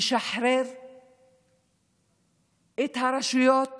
לשחרר את הרשויות